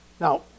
Now